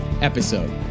episode